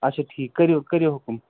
اچھا ٹھیٖک کٔرِو کٔرِو حُکم